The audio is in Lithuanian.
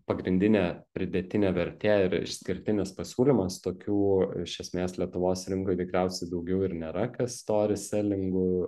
pagrindinė pridėtinė vertė ir išskirtinis pasiūlymas tokių iš esmės lietuvos rinkoj tikriausiai daugiau ir nėra kas stori selingu